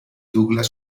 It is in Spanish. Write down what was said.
douglas